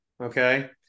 Okay